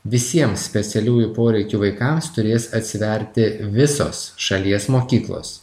visiems specialiųjų poreikių vaikams turės atsiverti visos šalies mokyklos